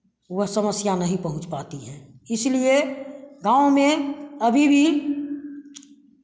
वह समस्या नहीं पहुँच पाती है इसलिए गाँव में अभी भी